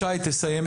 שי, תסיים בבקשה.